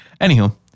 Anywho